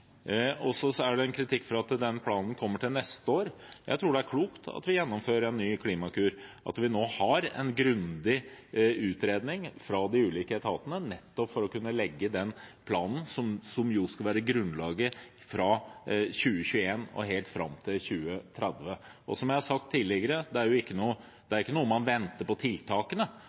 og planlegge for det. Så er det kritikk for at den planen kommer til neste år. Jeg tror det er klokt at vi gjennomfører en ny Klimakur, og at vi nå har en grundig utredning fra de ulike etatene nettopp for å kunne legge den planen som jo skal være grunnlaget fra 2021 og helt fram til 2030. Som jeg har sagt tidligere: Tiltakene er ikke noe man venter på – jeg vet ikke